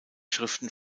schriften